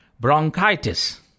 Bronchitis